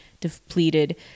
depleted